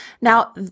Now